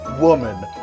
woman